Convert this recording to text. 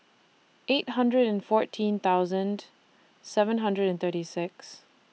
eight hundred and fourteen thousand seven hundred and thirty six